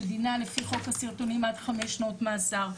שדינה לפי חוק הסרטונים עד חמש שנות מאסר.